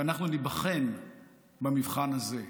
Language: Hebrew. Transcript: ואנחנו ניבחן במבחן הזה.